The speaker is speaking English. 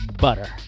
butter